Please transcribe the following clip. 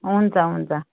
हुन्छ हुन्छ